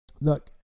Look